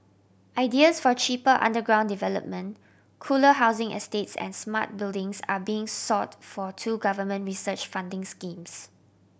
ideas for cheaper underground development cooler housing estates and smart buildings are being sought for two government research funding schemes